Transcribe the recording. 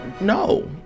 No